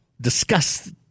Discuss